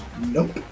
Nope